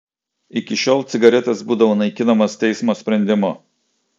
iki šiol cigaretės būdavo naikinamos teismo sprendimu